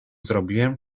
zrobiłem